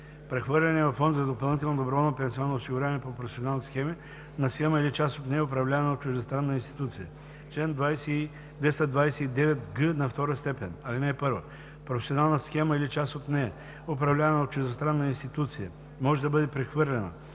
Прехвърляне във фонд за допълнително доброволно пенсионно осигуряване по професионални схеми на схема или част от нея, управлявана от чуждестранна институция Чл. 229г². (1) Професионална схема или част от нея, управлявана от чуждестранна институция, може да бъде прехвърлена